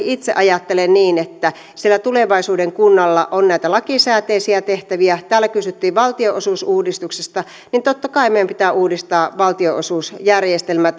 itse ajattelen niin että sillä tulevaisuuden kunnalla on näitä lakisääteisiä tehtäviä täällä kysyttiin valtionosuusuudistuksesta totta kai meidän pitää uudistaa valtionosuusjärjestelmä